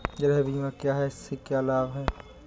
गृह बीमा क्या है इसके क्या लाभ हैं?